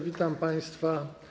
Witam państwa.